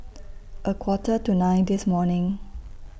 A Quarter to nine This morning